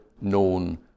known